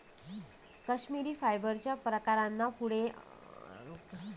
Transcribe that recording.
कश्मिरी फायबरच्या प्रकारांका पुढे अजून पाच गटांत विभागतत